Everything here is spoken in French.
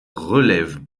relève